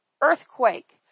earthquake